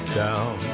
down